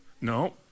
No